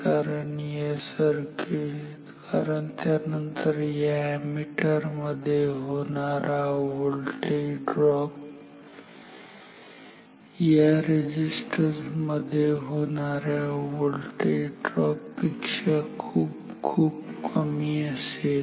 कारण त्यानंतर या एमीटर मध्ये होणारा व्होल्टेज ड्रॉप या रेझिस्टन्स मध्ये होणाऱ्या व्होल्टेज ड्रॉप पेक्षा खूप खूप कमी असेल